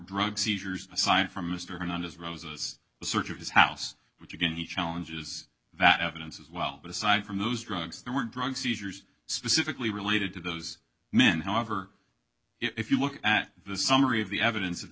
drug seizures aside from mr anonymous rosa's search of his house which again he challenges that evidence as well but aside from those drugs there weren't drug seizures specifically related to those men however if you look at the summary of the evidence of the